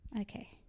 okay